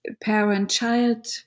parent-child